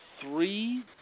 three